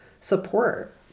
support